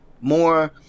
More